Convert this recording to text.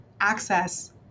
access